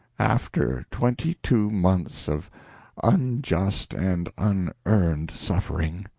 after twenty-two months of unjust and unearned suffering.